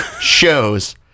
shows